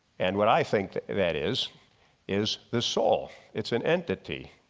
and what i think that is is the soul, it's an entity.